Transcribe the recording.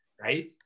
right